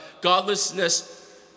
godlessness